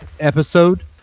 Episode